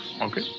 okay